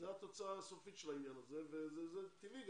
זו התוצאה הסופית של העניין הזה וזה גם טבעי.